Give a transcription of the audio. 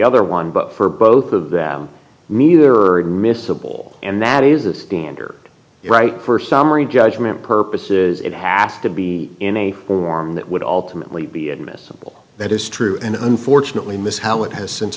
other one but for both of them me there are admissible and that is the standard right for summary judgment purposes it has to be in a form that would ultimately be admissible that is true and unfortunately miss how it has since